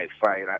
fight